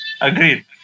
Agreed